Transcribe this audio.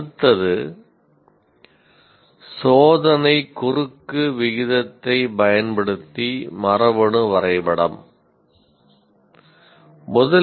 அடுத்தது 'சோதனை குறுக்கு விகிதத்தைப் பயன்படுத்தி மரபணு வரைபடம்'